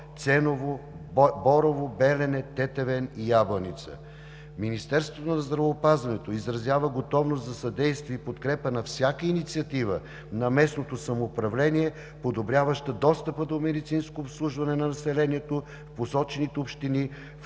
Ценово, Борово, Белене, Тетевен и Ябланица. Министерството на здравеопазването изразява готовност за съдействие и подкрепа на всяка инициатива на местното самоуправление, подобряваща достъпа до медицинско обслужване на населението в посочените общини,